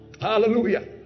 hallelujah